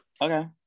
Okay